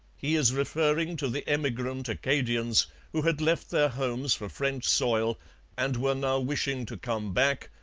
he is referring to the emigrant acadians who had left their homes for french soil and were now wishing to come back,